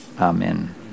Amen